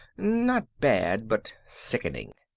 not bad, but sickening.